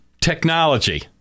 Technology